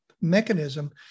mechanism